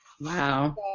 Wow